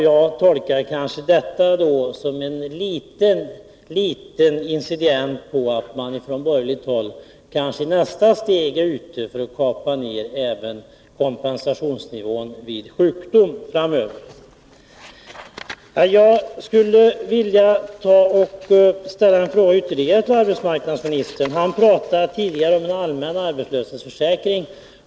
Jag tolkar detta som något av ett indicium på att man från borgerligt håll kanske är ute efter att i nästa steg sänka kompensationsnivån vid sjukdom. Jag skulle vilja ta upp ytterligare en fråga med arbetsmarknadsministern. Han talade tidigare om en allmän arbetslöshetsförsäkring.